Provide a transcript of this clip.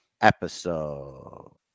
episode